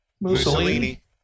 Mussolini